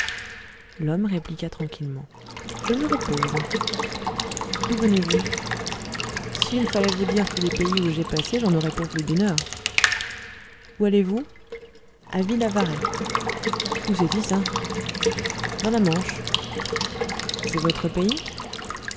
l'homme répliqua tranquillement je me repose d'où venez-vous s'il fallait vous dire tous les pays où j'ai passé j'en aurais pour plus d'une heure où allez-vous a ville avaray où c'est-il ça dans la manche c'est votre pays